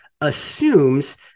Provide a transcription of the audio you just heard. assumes